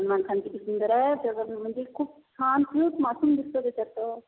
सलमान खान किती सुंदर आहे तर मग म्हणजे खूप छान क्यूट मासूम दिसतो त्याच्यात तो